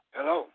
Hello